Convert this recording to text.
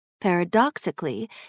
Paradoxically